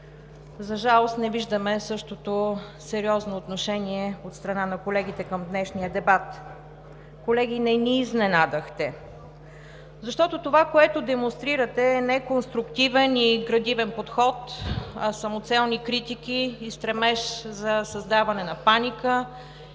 За жалост, не виждаме същото сериозно отношение от страна на колегите към днешния дебат. Колеги, не ни изненадахте, защото това, което демонстрирате, е не конструктивен и градивен подход, а самоцелни критики и стремеж за създаване на паника,